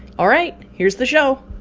all right. here's the show